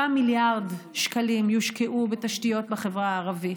3 מיליארד שקלים יושקעו בתשתיות בחברה הערבית.